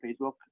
Facebook